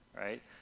right